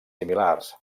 similars